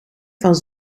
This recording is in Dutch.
van